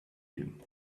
you